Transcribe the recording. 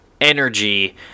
energy